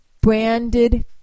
branded